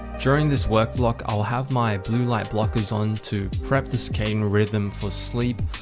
during this work block i'll have my blue light blockers on to prep this cain rhythm for sleep.